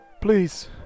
Please